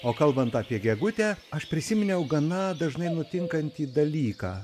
o kalbant apie gegutę aš prisiminiau gana dažnai nutinkantį dalyką